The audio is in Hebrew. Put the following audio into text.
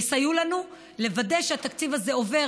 יסייעו לנו לוודא שהתקציב הזה עובר,